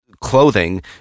clothing